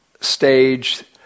stage